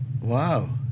Wow